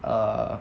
err